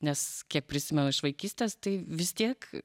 nes kiek prisimenu iš vaikystės tai vis tiek